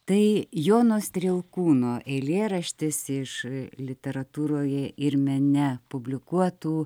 tai jono strielkūno eilėraštis iš literatūroje ir mene publikuotų